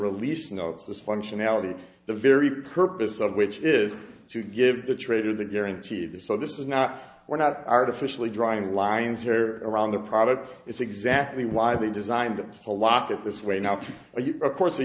release notes functionality the very purpose of which is to give the trader the guarantee that so this is not we're not artificially drawing lines here around the product it's exactly why they designed a lot of this way now to of course the